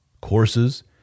courses